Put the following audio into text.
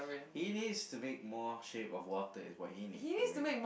he needs to make more shape of water is what he needs to make